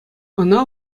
ӑна